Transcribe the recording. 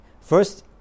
First